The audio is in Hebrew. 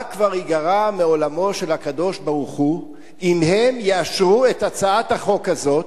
מה כבר ייגרע מעולמו של הקדוש-ברוך-הוא אם הם יאשרו את הצעת החוק הזאת,